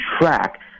track